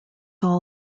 all